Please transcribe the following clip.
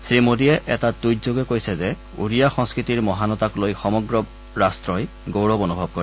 শ্ৰী মোদীয়ে এটা টুইটযোগে কৈছে যে উড়িয়া সংস্কতিৰ মহানতাক লৈ সমগ্ৰ ৰাট্টই গৌৰৱ অনুভৱ কৰে